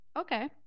Okay